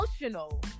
emotional